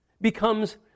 becomes